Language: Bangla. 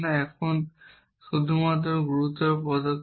এখন শুধুমাত্র গুরুতর পদক্ষেপ